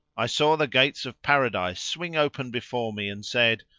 i saw the gates of paradise swing open before me and said,